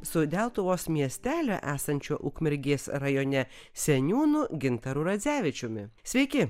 su deltuvos miestelio esančio ukmergės rajone seniūnu gintaru radzevičiumi sveiki